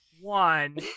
One